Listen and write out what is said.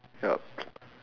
ya